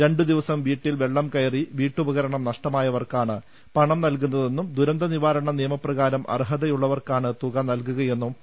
രണ്ടുദിവസം വീട്ടിൽവെള്ളം കയറി വീട്ടുപകരണം നഷ്ടമായവർക്കാണ് പണം നൽകുന്നതെന്നും ദുരന്തനിവാരണ നിയമപ്രകാരം അർഹതയുള്ള വർക്കാണ് തുക നൽകുകയെന്നും പി